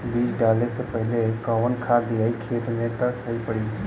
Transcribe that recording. बीज डाले से पहिले कवन खाद्य दियायी खेत में त सही पड़ी?